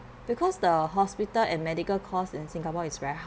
because the hospital and medical costs in singapore is very